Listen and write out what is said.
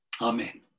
Amen